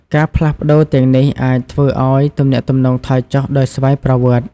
ការផ្លាស់ប្តូរទាំងនេះអាចធ្វើឱ្យទំនាក់ទំនងថយចុះដោយស្វ័យប្រវត្តិ។